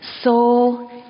soul